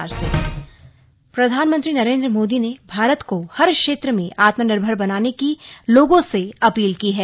मोदी मन की बात प्रधानमंत्री नरेन्द्र मोदी ने भारत को हर क्षेत्र में आत्मनिर्भर बनाने की लोगों से अपील की है